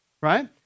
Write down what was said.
right